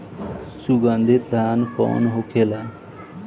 सुगन्धित धान कौन होखेला?